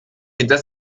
hinter